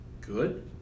good